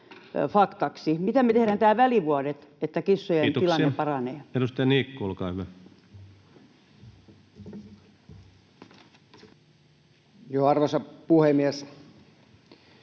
Mitä me tehdään nämä välivuodet, että kissojen tilanne paranee? Kiitoksia. — Edustaja Niikko, olkaa hyvä. Arvoisa puhemies!